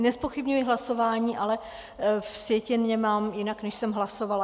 Nezpochybňuji hlasování, ale v sjetině mám jinak, než jsem hlasovala.